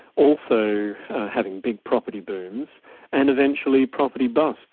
also having big property booms and eventually property busts,